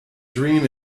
dream